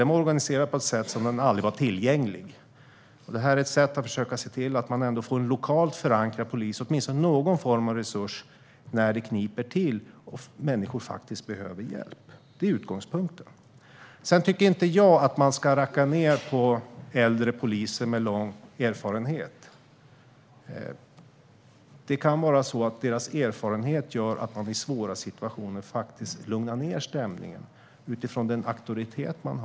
Den var organiserad på ett sätt som gjorde att den aldrig var tillgänglig. Detta är ett sätt att försöka se till att man ändå får en lokalt förankrad polis - åtminstone någon form av resurs - när det kniper och människor faktiskt behöver hjälp. Det är utgångspunkten. Sedan tycker jag inte att man ska racka ned på äldre poliser med lång erfarenhet. Det kan vara så att de tack vare sin erfarenhet och auktoritet kan lugna ned stämningen i svåra situationer.